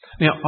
Now